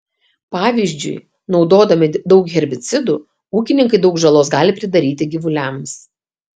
pavyzdžiui naudodami daug herbicidų ūkininkai daug žalos gali pridaryti gyvuliams